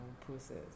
process